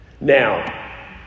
now